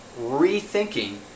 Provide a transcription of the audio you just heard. rethinking